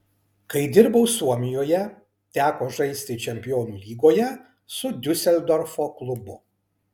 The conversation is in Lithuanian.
kai dirbau suomijoje teko žaisti čempionų lygoje su diuseldorfo klubu